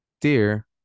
dear